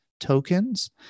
tokens